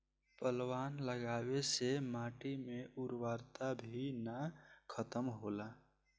पलवार लगावे से माटी के उर्वरता भी ना खतम होला